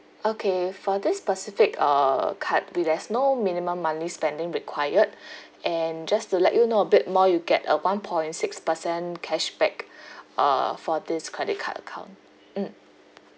okay for this specific uh card we there's no minimum monthly spending required and just to let you know a bit more you get a one point six percent cashback uh for this credit card account mm